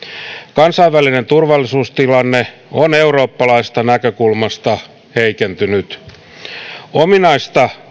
kansainvälinen turvallisuustilanne on eurooppalaisesta näkökulmasta heikentynyt ominaista